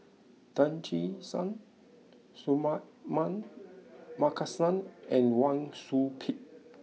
Tan Che Sang Suratman Markasan and Wang Sui Pick